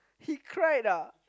he cried ah